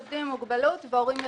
עובדים עם מוגבלות והורים יחידים.